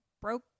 broke